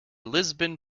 lisbon